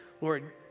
Lord